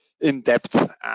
in-depth